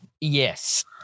yes